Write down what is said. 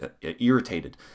irritated